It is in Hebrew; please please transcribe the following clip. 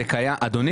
זה קיים, אדוני.